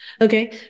okay